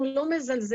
אנחנו לא מזלזלים,